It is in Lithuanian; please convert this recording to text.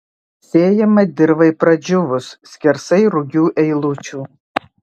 sėjama dirvai pradžiūvus skersai rugių eilučių